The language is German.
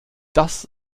das